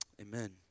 amen